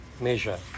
measure